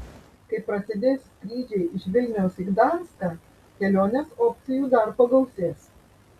kai prasidės skrydžiai iš vilniaus iš gdanską kelionės opcijų dar pagausės